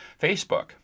Facebook